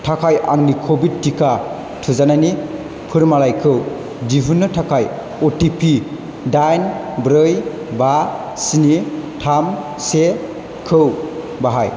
थाखाय आंनि कभिड टिका थुजानायनि फोरमानलाइखौ दिहुननो थाखाय अ टि पि डाइन ब्रै बा स्नि थाम से खौ बाहाय